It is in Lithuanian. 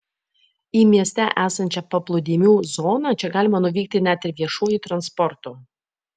į mieste esančią paplūdimių zoną čia galima nuvykti net ir viešuoju transportu